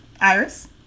iris